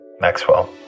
Maxwell